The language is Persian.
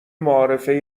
معارفه